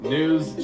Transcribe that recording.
News